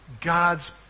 God's